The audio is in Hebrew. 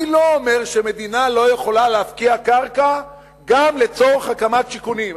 אני לא אומר שמדינה לא יכולה להפקיע קרקע גם לצורך הקמת שיכונים,